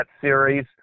series